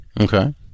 Okay